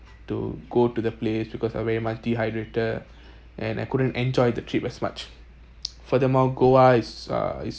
to go to the place because I very I'm dehydrated and I couldn't enjoy the trip as much furthermore goa uh is uh is